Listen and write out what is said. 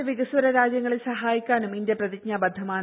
മറ്റ് വികസ്വര രാജ്യങ്ങളെ സഹായിക്കാനും ഇന്ത്യ പ്രതിജ്ഞാബദ്ധമാണ്